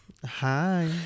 hi